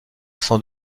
sans